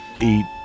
eat